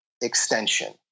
extension